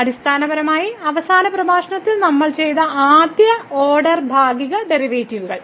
അടിസ്ഥാനപരമായി അവസാന പ്രഭാഷണത്തിൽ നമ്മൾ ചെയ്ത ആദ്യ ഓർഡർ ഭാഗിക ഡെറിവേറ്റീവുകൾ